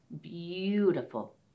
beautiful